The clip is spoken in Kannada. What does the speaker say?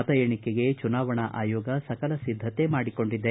ಮತ ಎಣಿಕೆಗೆ ಚುನಾವಣಾ ಆಯೋಗ ಸಕಲ ಸಿದ್ದತೆ ಮಾಡಿಕೊಂಡಿದೆ